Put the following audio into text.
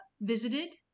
visited